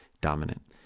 dominant